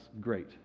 great